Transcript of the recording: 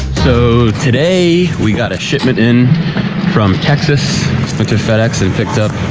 so today we got a shipment in from texas. i went to fedex and picked up